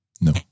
No